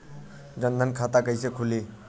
जनधन खाता कइसे खुली?